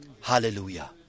Hallelujah